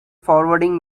forwarding